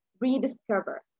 rediscover